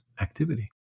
activity